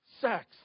sex